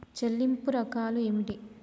చెల్లింపు రకాలు ఏమిటి?